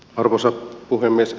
arvoisa puhemies